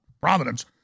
Providence